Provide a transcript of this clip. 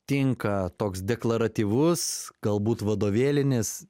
tinka toks deklaratyvus galbūt vadovėlinis